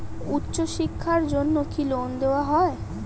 উচ্চশিক্ষার জন্য কি লোন দেওয়া হয়?